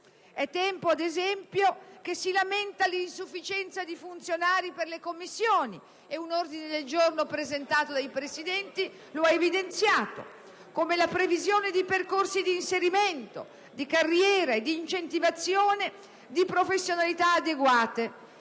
da tempo, ad esempio, che si lamenta l'insufficienza di funzionari per le Commissioni e un ordine del giorno presentato dai Presidenti lo ha evidenziato); previsione di percorsi di inserimento, di carriera e di incentivazione di professionalità adeguate,